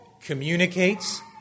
communicates